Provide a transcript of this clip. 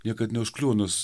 niekad neužkliuvo nors